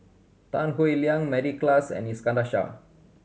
Tan Howe Liang Mary Klass and Iskandar Shah